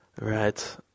Right